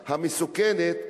והמסוכנת.